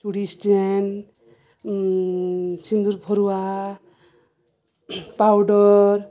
ଚୁଡ଼ି ଷ୍ଟାଣ୍ଡ ସିନ୍ଦୂର ଫରୁଆ ପାଉଡ଼ର